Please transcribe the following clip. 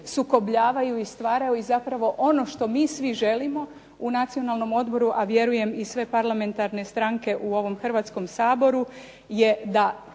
sukobljavaju i stvaraju i zapravo ono što mi svi želimo u Nacionalnom odboru, a vjerujem i sve parlamentarne stranke u ovom Hrvatskom saboru je da